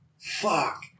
Fuck